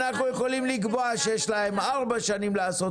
אנחנו יכולים לקבוע שיש להם ארבע שנים לעשות